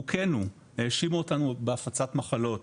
הוכינו והאשימו אותנו בהפצת מחלות.